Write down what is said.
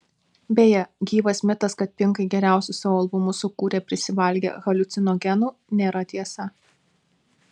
beje gyvas mitas kad pinkai geriausius savo albumus sukūrė prisivalgę haliucinogenų nėra tiesa